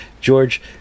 George